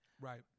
Right